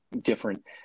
different